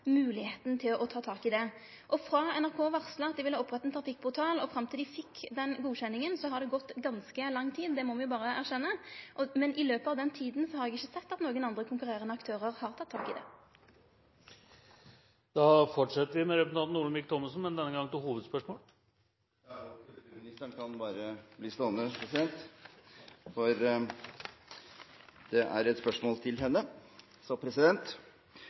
til å ta tak i det. Og frå NRK varsla at dei ville opprette ein trafikkportal, fram til dei fekk godkjenninga, har det gått ganske lang tid – det må me berre erkjenne – men i løpet av den tida har eg ikkje sett at nokon andre konkurrerande aktørar har teke tak i det. Vi fortsetter med representanten Olemic Thommessen, men denne gangen til hovedspørsmål. Kulturministeren kan bare bli stående, for det er et spørsmål til henne.